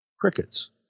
crickets